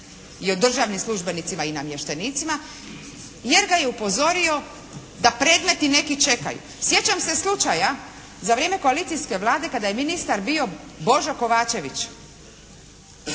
i o državnim službenicima i namještenicima jer ga je upozorio da predmeti neki čekaju. Sjećam se slučaja za vrijeme koalicijske Vlade kada je ministar bio Božo Kovačević.